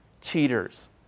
cheaters